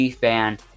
fan